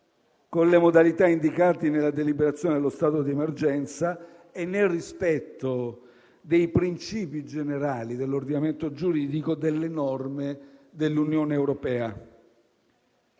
con le modalità indicati nella deliberazione dello stato d'emergenza e nel rispetto dei principi generali dell'ordinamento giuridico delle norme dell'Unione europea.